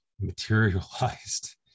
materialized